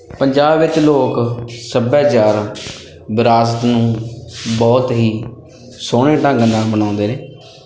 ਪੰਜਾਬ ਵਿੱਚ ਲੋਕ ਸੱਭਿਆਚਾਰ ਵਿਰਾਸਤ ਨੂੰ ਬਹੁਤ ਹੀ ਸੋਹਣੇ ਢੰਗ ਨਾਲ ਮਨਾਉਂਦੇ ਨੇ